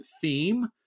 theme